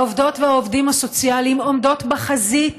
העובדות והעובדים הסוציאליים עומדות בחזית